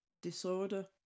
disorder